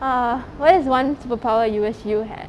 ah what is one superpower you wish you had